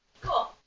cool